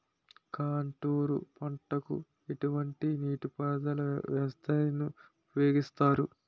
Contour పంటకు ఎటువంటి నీటిపారుదల వ్యవస్థను ఉపయోగిస్తారు?